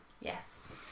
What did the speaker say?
Yes